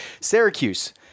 Syracuse